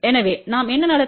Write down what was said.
எனவே நாம் என்ன நடக்கும்